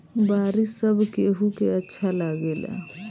बारिश सब केहू के अच्छा लागेला